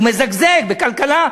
הוא מזגזג בכלכלה,